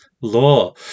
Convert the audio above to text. law